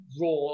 raw